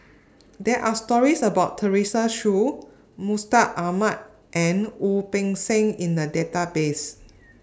There Are stories about Teresa Hsu Mustaq Ahmad and Wu Peng Seng in The Database